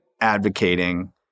advocating